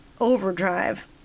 overdrive